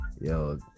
Yo